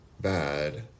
bad